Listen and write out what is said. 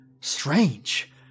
Strange